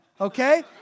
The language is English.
okay